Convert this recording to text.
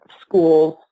schools